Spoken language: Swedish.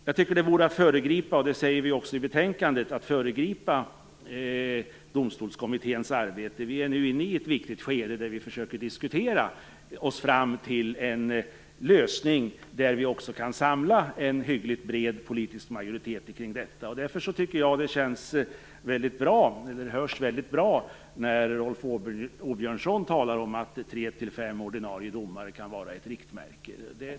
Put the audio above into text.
Jag tycker, det säger vi också i betänkandet, att det vore att föregripa Domstolskommitténs arbete. Vi är nu inne i ett viktigt skede där vi försöker diskutera oss fram till en lösning kring vilken vi kan samla en hyggligt bred politisk majoritet. Därför tycker jag att det låter väldigt bra när Rolf Åbjörnsson talar om att tre till fem ordinarie domare kan vara ett riktmärke.